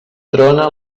trona